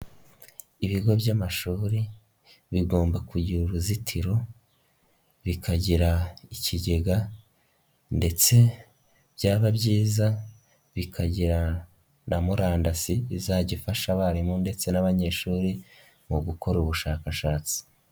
Ibigo by'amashuri bigomba kugira uruzitiro, bikagira ikigega ndetse byaba byiza bikagira na murandasi izajya ifasha abarimu ndetse n'abanyeshuri mu gukora ubushakashatsi.